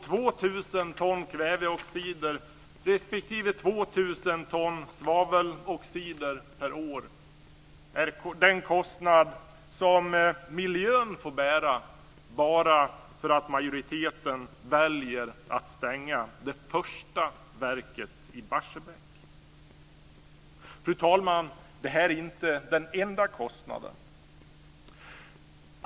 2 000 ton kväveoxider respektive 2 000 ton svaveloxider per år är den kostnad som miljön får bära bara för att majoriteten väljer att stänga det första verket i Barsebäck. Fru talman! Detta är inte den enda kostnaden.